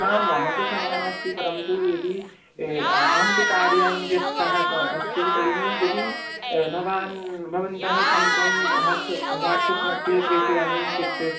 न मम तु शङ्का नास्ति परन्तु यदि ए अहं तु कार्याणि व्यस्तः स अस्मि तर्हि यदि भवान् भवन्तः समीपं वाट्स् वाट्साप् मघ्ये प्रेषयामि चेत्